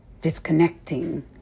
disconnecting